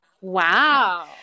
Wow